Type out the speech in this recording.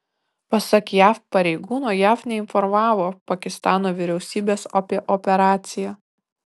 pasak jav pareigūno jav neinformavo pakistano vyriausybės apie operaciją